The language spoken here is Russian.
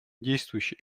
действующий